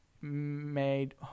made